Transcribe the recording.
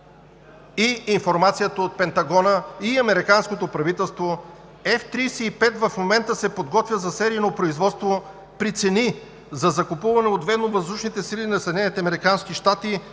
и информацията от Пентагона и американското правителство – F-35 в момента се подготвя за серийно производство при цени за закупуване от военновъздушните сили на